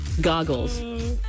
Goggles